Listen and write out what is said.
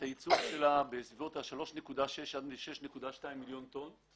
את הייצור שלה בסביבות ה-3.6 עד 6.2 מיליון טון,